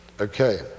Okay